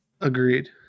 Agreed